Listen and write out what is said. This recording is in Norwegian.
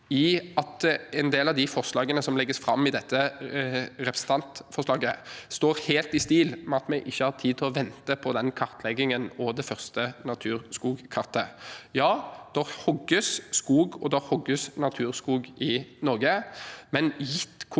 i at en del av de forslagene som legges fram i dette representantforslaget, står helt i stil med at vi ikke har tid til å vente på den kartleggingen og det første naturskogkartet. Ja, det hogges skog, og det hogges naturskog, i Norge. Likevel: